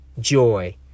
joy